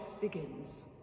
begins